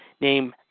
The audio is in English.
name